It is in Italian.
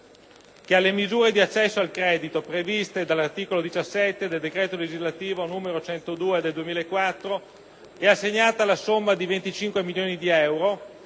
che alle misure di accesso al credito, previste dall'articolo 17 del decreto legislativo n. 102 del 2004, è assegnata la somma di 25 milioni di euro,